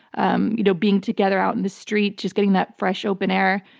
um you know being together out in the street, just getting that fresh, open air.